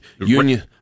Union